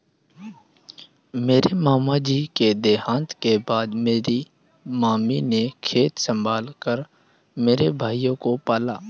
मेरे मामा जी के देहांत के बाद मेरी मामी ने खेत संभाल कर मेरे भाइयों को पाला